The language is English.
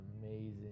amazing